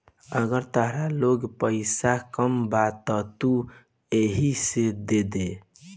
अगर तहरा लगे पईसा कम बा त तू एही से देद